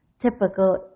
typical